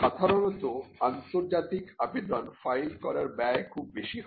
সাধারণত আন্তর্জাতিক আবেদন ফাইল করার ব্যয় খুব বেশি হয়